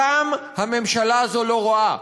אותם הממשלה הזו לא רואה,